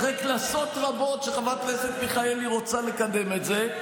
אחרי כנסות רבות שחברת הכנסת מיכאלי רוצה לקדם את זה?